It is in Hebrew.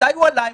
מתי הוא עלה,